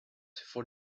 for